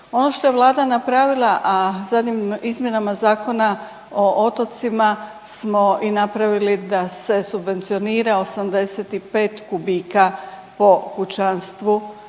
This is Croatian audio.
što što je Vlada napravila, a zadnjim izmjenama Zakona o otocima smo i napravili da se subvencionira 85 kubika po kućanstvu,